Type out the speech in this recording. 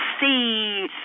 see